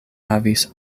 havis